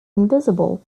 invisible